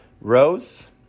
rows